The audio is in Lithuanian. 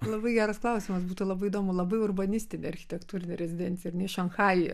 labai geras klausimas būtų labai įdomu labai urbanistinė architektūrinė rezidencija ar ne šanchajuje